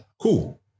Cool